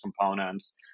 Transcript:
components